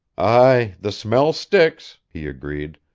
aye, the smell sticks, he agreed.